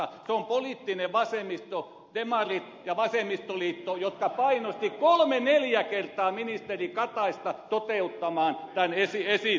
se on poliittinen vasemmisto demarit ja vasemmistoliitto jotka painostivat kolme neljä kertaa ministeri kataista toteuttamaan tämän esityksen